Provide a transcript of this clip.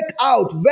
out